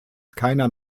keiner